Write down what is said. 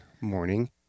morning